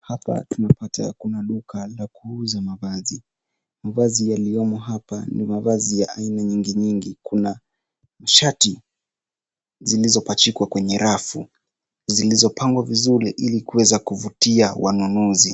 Hapa tunapata kuna duka la kuuza mavazi. Mavazi yaliyomo ni mavazi ya aina nyingi nyingi. Kuna shati zilizopachikwa kwenye rafu, zilizopangwa vizuri ili kuweza kuvutia wanunuzi.